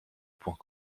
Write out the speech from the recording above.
point